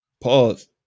Pause